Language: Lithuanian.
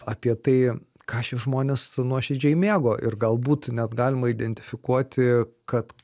apie tai ką šie žmonės nuoširdžiai mėgo ir galbūt net galima identifikuoti kad